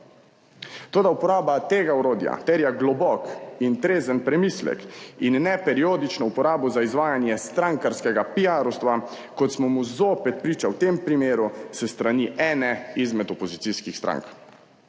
Toda uporaba tega orodja terja globok in trezen premislek in ne periodično uporabo za izvajanje strankarskega piarovstva, kot smo mu zopet priča v tem primeru s strani ene izmed opozicijskih strank.